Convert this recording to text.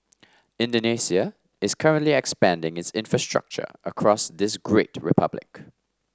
indonesia is currently expanding its infrastructure across this great republic